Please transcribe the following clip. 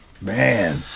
Man